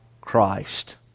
Christ